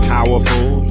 Powerful